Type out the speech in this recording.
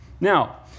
now